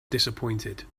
disappointed